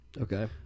Okay